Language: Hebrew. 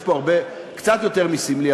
יש פה קצת יותר מסמלי.